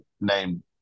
name